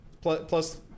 Plus